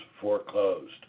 foreclosed